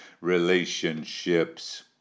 relationships